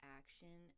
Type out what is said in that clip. action